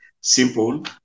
simple